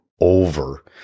over